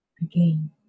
again